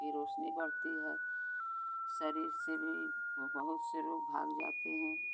की रोशनी बढ़ती है शरीर से भी बहुत से रोग भाग जाते हैं